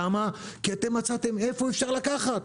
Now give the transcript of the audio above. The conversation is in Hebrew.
למה כי מצאתם איפה אפשר לקחת.